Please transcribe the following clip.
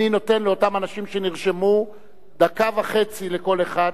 אבל אני נותן לאותם אנשים שנרשמו דקה וחצי לכל אחד,